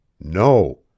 no